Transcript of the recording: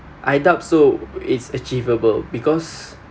I doubt so it's achievable because